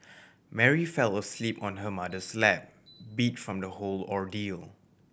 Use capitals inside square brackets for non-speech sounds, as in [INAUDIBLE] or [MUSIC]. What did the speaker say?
Mary fell asleep [NOISE] on her mother's lap beat from the whole ordeal